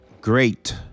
great